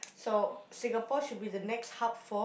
so Singapore should be the next hub for